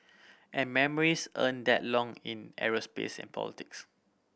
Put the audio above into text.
and memories aren't that long in aerospace and politics